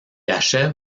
achève